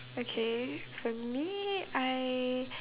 okay for me I